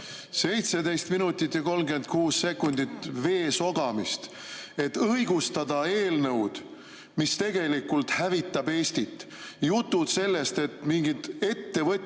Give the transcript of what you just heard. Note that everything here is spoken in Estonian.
17 minutit ja 36 sekundit vee sogamist, et õigustada eelnõu, mis tegelikult hävitab Eestit. Jutud sellest, et mingid ettevõtjad